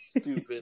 stupid